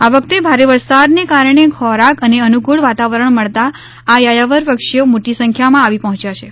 આ વખતે ભારે વરસાદના કારણે ખોરાક અને અનુકૂળ વાતાવરણ મળતા આ યાયાવર પક્ષીઓ મોટી સંખ્યા માં આવી પહોંચ્યા છે